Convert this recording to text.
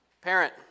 Parent